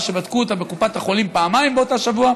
שבדקו אותה בקופת החולים פעמיים באותו שבוע,